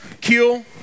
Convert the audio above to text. kill